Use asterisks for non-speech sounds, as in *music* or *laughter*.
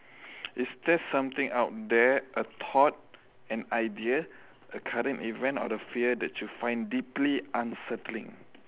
*noise* is there something out there a thought an idea a current event or a fear that you find deeply unsettling